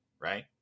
right